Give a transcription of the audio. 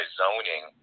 zoning